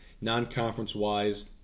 non-conference-wise